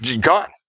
gone